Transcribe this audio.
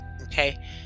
Okay